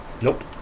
Nope